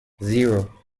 zero